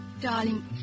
Darling